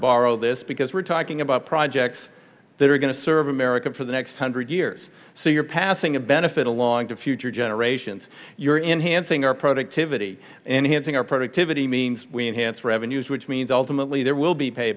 borrow this because we're talking about projects that are going to serve america for the next hundred years so you're passing a benefit along to future generations you're in hansing our productivity enhancing our productivity means we enhance revenues which means ultimately there will be pay